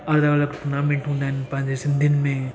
अलॻि अलॻि टूर्नामेंट हूंदा आहिनि पंहिंजे सिंधियुनि में